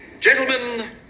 gentlemen